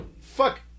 fuck